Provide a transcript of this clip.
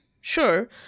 sure